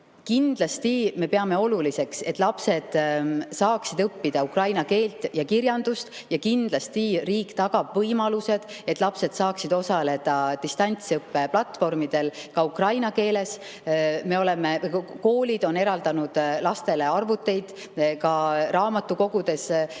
Kindlasti me peame oluliseks, et lapsed saaksid õppida ukraina keelt ja kirjandust, ja kindlasti tagab riik võimalused, et lapsed saaksid osaleda distantsõppe platvormidel ka ukraina keeles. Koolid on eraldanud lastele arvuteid, ka raamatukogudes saavad